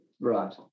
Right